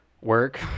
Work